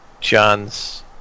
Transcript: John's